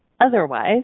Otherwise